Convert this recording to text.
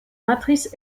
matrice